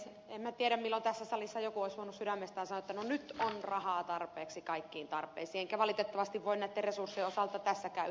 en tiedä milloin tässä salissa joku olisi voinut sydämestään sanoa että no nyt on rahaa tarpeeksi kaikkiin tarpeisiin enkä valitettavasti voi näin näitten resurssien osalta tässäkään yhteydessä todeta